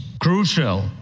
crucial